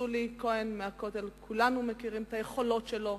סולי כהן מהכותל, כולם מכירים את היכולות שלו,